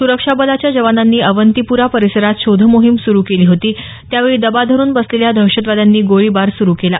सुरक्षा बलाच्या जवानांनी अवंतीपुरा परिसरात शोधमोहीम सुरु केली होती त्यावेळी दबा धरुन बसलेल्या दहशतवाद्यांनी गोळीबार सुरु केला